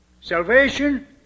Salvation